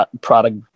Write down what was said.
product